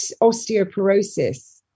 osteoporosis